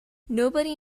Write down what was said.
nobody